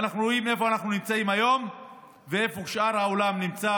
ואנחנו רואים איפה אנחנו נמצאים היום ואיפה שאר העולם נמצא,